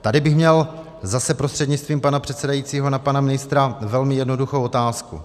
Tady bych měl zase prostřednictvím pana předsedajícího na pana ministra velmi jednoduchou otázku.